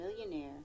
millionaire